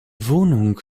wohnung